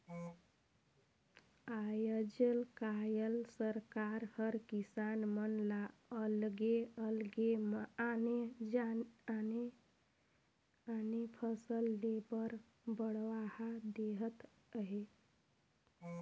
आयज कायल सरकार हर किसान मन ल अलगे अलगे आने आने फसल लेह बर बड़हावा देहत हे